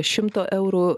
šimto eurų